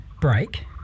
break